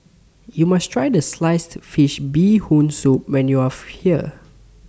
YOU must tried Sliced Fish Bee Hoon Soup when YOU Are here